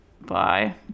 Bye